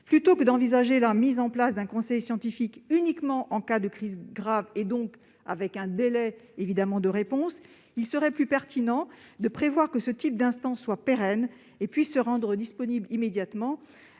Plutôt que d'envisager la mise en place d'un conseil scientifique uniquement en cas de crise grave et, donc, avec un délai de réponse, il serait plus pertinent de prévoir ce type d'instance pérenne et susceptible de se rendre disponible immédiatement.